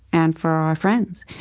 and for our friends,